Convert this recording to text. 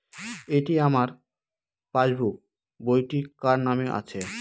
এটি আমার পাসবুক বইটি কার নামে আছে?